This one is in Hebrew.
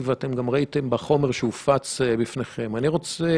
אני רוצה